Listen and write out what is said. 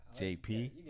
jp